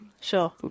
Sure